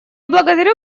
благодарю